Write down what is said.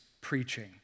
preaching